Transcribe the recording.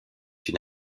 une